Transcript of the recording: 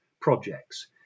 projects